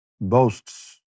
boasts